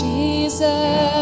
Jesus